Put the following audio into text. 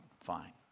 fine